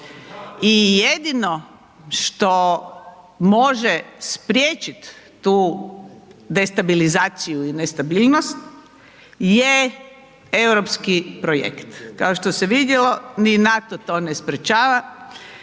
i jedino što može spriječit tu destabilizaciju i nestabilnost je Europski projekt, kao što se vidjelo ni NATO to ne sprječava.